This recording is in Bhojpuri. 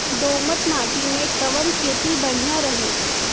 दोमट माटी में कवन खेती बढ़िया रही?